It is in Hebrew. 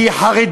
כי היא חרדית.